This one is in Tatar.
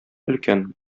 өлкән